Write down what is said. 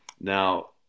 Now